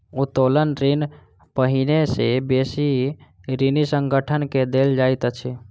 उत्तोलन ऋण पहिने से बेसी ऋणी संगठन के देल जाइत अछि